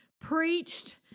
preached